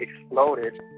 exploded